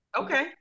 Okay